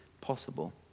possible